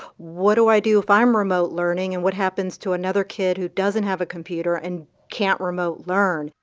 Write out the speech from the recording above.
what do i do if i'm remote learning, and what happens to another kid who doesn't have a computer and can't remote learn?